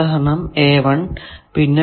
ഉദാഹരണം പിന്നെ